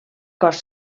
cos